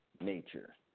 nature